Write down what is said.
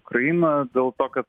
ukrainą dėl to kad